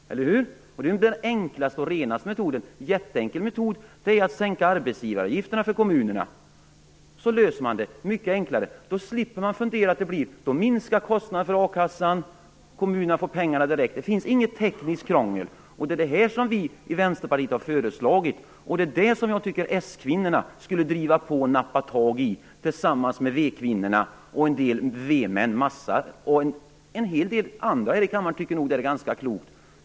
Det är den enklaste metoden. En jätteenkel metod är att sänka arbetsgivaravgifterna för kommunerna. Då slipper man fundera. Kostnaderna för a-kassan minskar, kommunerna får pengarna direkt. Det finns inget tekniskt krångel. Det är det som vi i Vänsterpartiet har föreslagit. Jag tycker att s-kvinnorna skall nappa tag i det och tillsammans med v-kvinnorna och en massa v-män driva på. En hel del andra här i kammaren tycker nog att det här är ganska klokt.